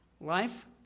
Life